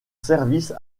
service